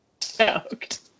stoked